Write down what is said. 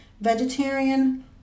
vegetarian